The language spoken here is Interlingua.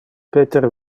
peter